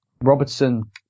Robertson